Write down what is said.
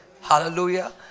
Hallelujah